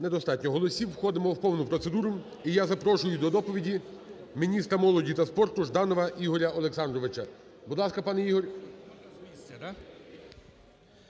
Недостатньо голосів, входимо в повну процедуру. І я запрошую до доповіді міністра молоді та спорту Жданова Ігоря Олександровича. Будь ласка, пане Ігор.